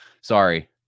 sorry